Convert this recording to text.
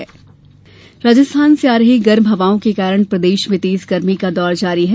मौसम राजस्थान से आ रही गर्म हवाओं के कारण प्रदेश में तेज गर्मी का दौर जारी है